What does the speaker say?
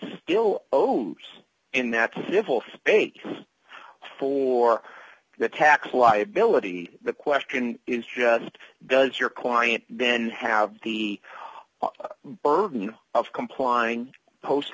owns in that civil space for the tax liability the question is just does your client then have the burden of complying post